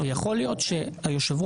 יכול להיות שהיושב-ראש,